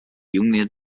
junge